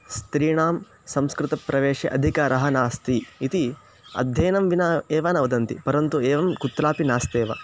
स्त्रीणां संस्कृतप्रवेशे अधिकारः नास्ति इति अध्ययनं विना एव न वदन्ति परन्तु एवं कुत्रापि नास्त्येव